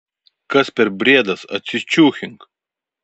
kas per briedas atsičiūchink